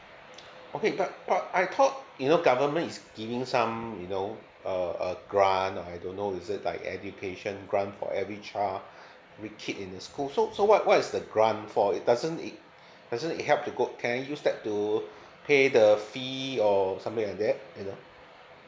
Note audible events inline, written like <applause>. okay but but I thought you know government is giving some you know a a grant or I don't know is it like education grant for every child <breath> with kid in the school so so what what is the grant for it doesn't it <breath> doesn't it help to go can I use that to <breath> pay the fee or something like that you know